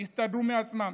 שהדברים יסתדרו מעצמם.